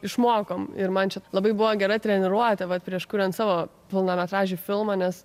išmokom ir man čia labai buvo gera treniruotė vat prieš kuriant savo pilnametražių filmą nes